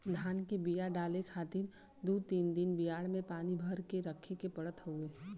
धान के बिया डाले खातिर दू तीन दिन बियाड़ में पानी भर के रखे के पड़त हउवे